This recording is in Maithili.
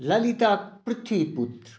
ललितक पृथ्वीपुत्र